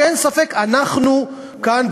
שאין ספק שאנחנו כאן,